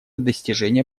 достижение